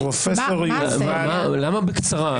למה בקצרה?